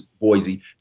Boise